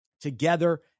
together